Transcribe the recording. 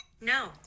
No